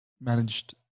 managed